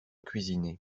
cuisiner